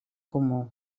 comú